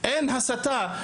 אין הסתה.